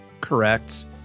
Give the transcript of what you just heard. correct